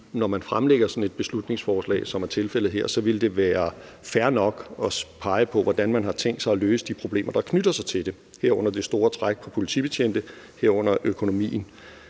når man fremsætter et beslutningsforslag som det her, vil det være fair nok også at pege på, hvordan man har tænkt sig at løse de problemer, der knytter sig til det, herunder økonomien og det store træk på politibetjente. Jeg synes,